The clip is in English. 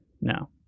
No